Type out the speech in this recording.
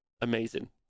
amazing